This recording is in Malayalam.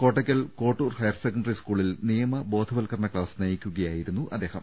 കോട്ടക്കൽ കോട്ടൂർ ഹയർ സെക്കൻഡറി സ്കൂളിൽ നിയമബോധവത്കരണ ക്ലാസ് നയിക്കുകയായിരുന്നു അദ്ദേഹം